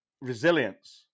resilience